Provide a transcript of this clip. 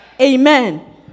Amen